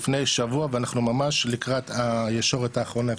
לפני שבוע ואנחנו ממש לקראת הישורת האחרונה.